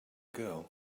girl